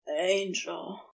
Angel